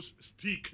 stick